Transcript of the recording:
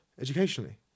Educationally